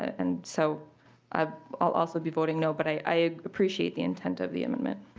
and so i also be voting no but i appreciate the intent of the amendment.